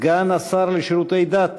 סגן השר לשירותי דת